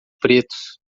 pretos